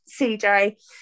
cj